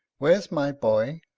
where's my boy?